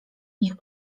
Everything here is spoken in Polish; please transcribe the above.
niech